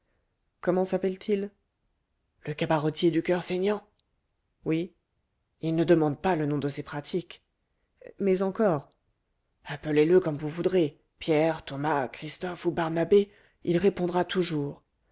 comment s'appelle-t-il le cabaretier du coeur saignant oui il ne demande pas le nom de ses pratiques mais encore appelez-le comme vous voudrez pierre thomas christophe ou barnabé il répondra toujours